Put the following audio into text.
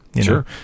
Sure